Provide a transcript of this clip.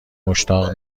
مشتاق